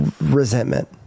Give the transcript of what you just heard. Resentment